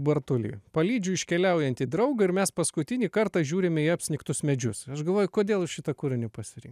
bartulį palydžiu iškeliaujantį draugą ir mes paskutinį kartą žiūrime į apsnigtus medžius aš galvoju kodėl jūs šitą kūriniu pasirinkot